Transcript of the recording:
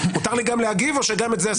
מותר לי גם להגיב או גם את זה אסור לי?